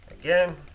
Again